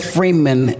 Freeman